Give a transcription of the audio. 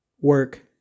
work